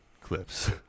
clips